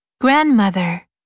grandmother